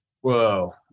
Whoa